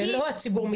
זה לא הציבור מתחמש.